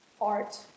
art